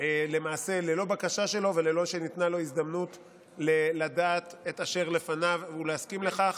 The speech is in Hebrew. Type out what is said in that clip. ללא בקשה שלו וללא שניתנה לו הזדמנות לדעת את אשר לפניו ולהסכים לכך.